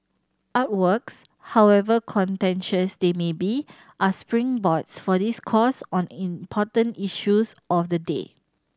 artworks however contentious they may be are springboards for discourse on important issues of the day